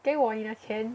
给我你的钱